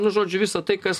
nu žodžiu visa tai kas